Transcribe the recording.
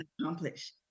accomplished